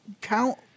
count